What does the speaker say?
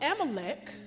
Amalek